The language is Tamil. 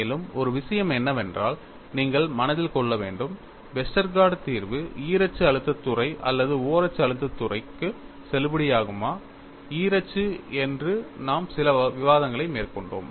மேலும் ஒரு விஷயம் என்னவென்றால் நீங்கள் மனதில் கொள்ள வேண்டும் வெஸ்டர்கார்ட் தீர்வு ஈரச்சு அழுத்தத் துறை அல்லது ஓரச்சு அழுத்தத் துறைக்கு செல்லுபடியாகுமா ஈரச்சு என்று நாம் சில விவாதங்களை மேற்கொண்டோம்